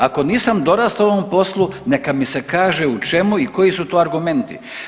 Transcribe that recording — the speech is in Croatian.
Ako nisam dorastao ovom poslu neka mi se kaže u čemu i koji su to argumenti.